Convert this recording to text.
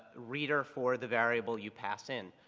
reader for the variable you pass in.